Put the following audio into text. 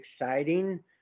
exciting